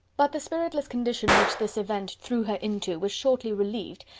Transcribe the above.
but the spiritless condition which this event threw her into was shortly relieved,